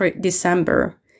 December